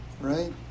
right